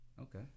Okay